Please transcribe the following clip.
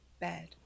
bed